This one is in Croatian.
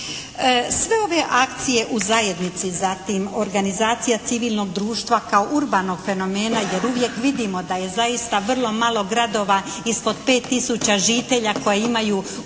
Sve ove akcije u zajednici, zatim organizacija civilnog društva kao urbanog fenomena jer uvijek vidimo da je zaista vrlo malo gradova ispod 5 tisuća žitelja koja imaju uopće